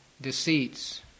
deceits